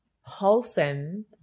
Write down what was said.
wholesome